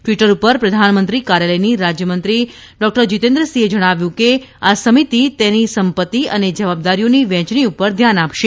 Twitter પર પ્રધાનમંત્રી કાર્યાલયની રાજયમંત્રી ડોકટર જીતેન્દ્રિસિંહે જણાવ્યું કે આ સમિતિ તેની સંપત્તિ અને જવાબદારીઓની વહેંચણી પર ધ્યાન આપશે